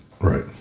Right